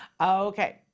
Okay